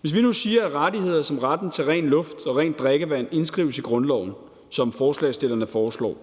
Hvis vi nu siger, at rettigheder som retten til ren luft og rent drikkevand indskrives i grundloven, som forslagsstillerne foreslår,